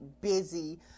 busy